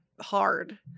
hard